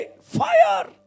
fire